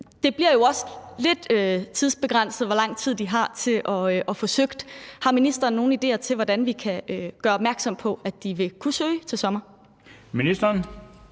Det bliver jo så lidt begrænset, hvor lang tid de har til at få søgt. Har ministeren nogen idéer til, hvordan vi kan gøre opmærksom på, at de vil kunne søge til sommer? Kl.